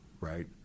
Right